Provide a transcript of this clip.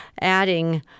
adding